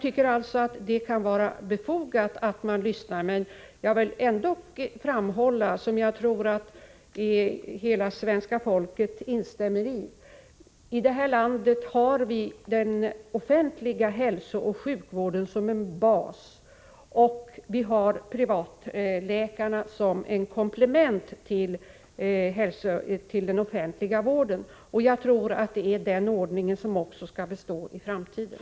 Det kan vara befogat att lyssna på den kritiken, men jag vill ändock framhålla — vilket jag tror att hela svenska folket instämmer i — att vi i det här landet har den offentliga hälsooch sjukvården som en bas och de privatpraktiserande läkarna som ett komplement till den offentliga vården. Det är enligt min mening den ordning som skall bestå också i framtiden.